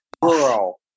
Girl